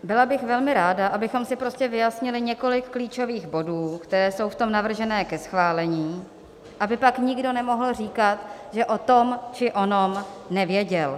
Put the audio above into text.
Byla bych velmi ráda, abychom si prostě vyjasnili několik klíčových bodů, které jsou v tom navržené ke schválení, aby pak nikdo nemohl říkat, že o tom či onom nevěděl.